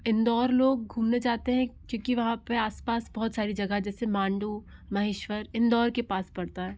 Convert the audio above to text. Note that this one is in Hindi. इंदौर लोग घूमने जाते हैं क्योंकि वहाँ पे आसपास बहुत सारी जगह जैसे मांडू महेश्वर इंदौर के पास पड़ता है